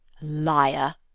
Liar